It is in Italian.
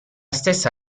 stessa